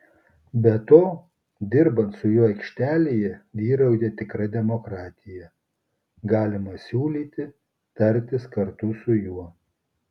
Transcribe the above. be to dirbant su juo aikštelėje vyrauja tikra demokratija galima siūlyti tartis kartu su juo